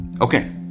Okay